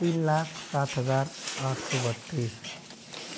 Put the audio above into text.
तीन लाख सात हज़ार आठ सौ बत्तीस